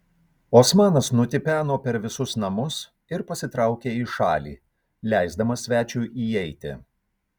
osmanas nutipeno per visus namus ir pasitraukė į šalį leisdamas svečiui įeiti